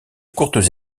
courtes